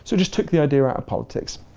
so just took the idea out of politics.